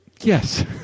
Yes